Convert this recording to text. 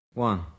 One